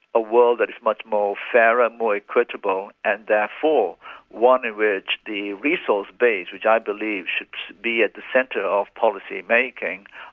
a world that is much more fairer, more equitable and therefore one in which the resource base which i believe should be at the centre of policymaking,